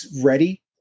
ready